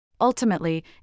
Ultimately